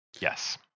Yes